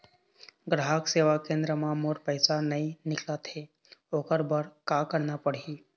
ग्राहक सेवा केंद्र म मोर पैसा नई निकलत हे, ओकर बर का करना पढ़हि?